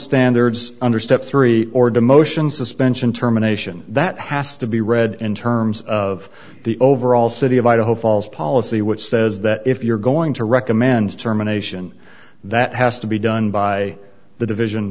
standards under step three or demotion suspension terminations that has to be read in terms of the overall city of idaho falls policy which says that if you're going to recommend terminations that has to be done by the division